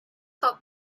for